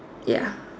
ya